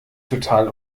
total